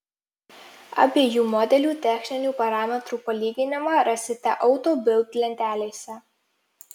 abiejų modelių techninių parametrų palyginimą rasite auto bild lentelėse